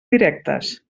directes